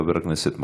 חבר הכנסת מקלב.